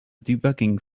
debugging